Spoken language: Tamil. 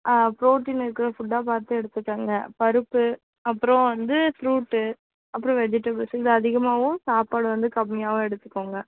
ஆ ப்ரோட்டின் இருக்கிற ஃபுட்டாக பார்த்து எடுத்துக்கோங்க பருப்பு அப்புறம் வந்து ஃப்ரூட்டு அப்புறம் வெஜிடபிள்ஸ்ஸு இது அதிகமாகவும் சாப்பாடு வந்து கம்மியாகவும் எடுத்துக்கோங்க